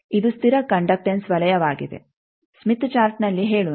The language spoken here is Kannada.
ಇದು ಸ್ಥಿರ ಕಂಡಕ್ಟನ್ಸ್ ವಲಯವಾಗಿದೆ ಸ್ಮಿತ್ ಚಾರ್ಟ್ನಲ್ಲಿ ಹೇಳೋಣ